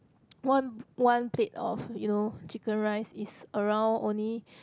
one one plate of you know chicken rice is around only